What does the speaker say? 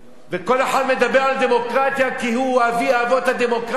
וכל אחד מדבר על דמוקרטיה כאילו הוא אבי-אבות הדמוקרטיה,